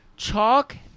Chalk